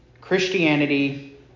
Christianity